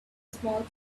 small